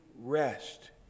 rest